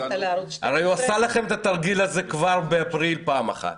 הרי הוא עשה לכם את התרגיל כבר באפריל פעם אחת.